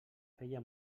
feia